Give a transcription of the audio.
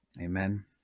Amen